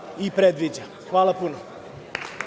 i predviđa. Hvala puno.